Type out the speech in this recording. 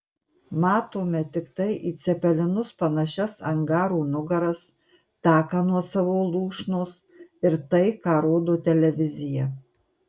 matome tiktai į cepelinus panašias angarų nugaras taką nuo savo lūšnos ir tai ką rodo televizija